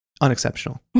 Unexceptional